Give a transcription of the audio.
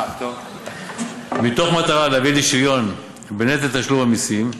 מתוך מטרה להביא לשוויון בנטל תשלום המסים,